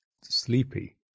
sleepy